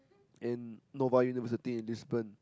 in Nova University in Lisbon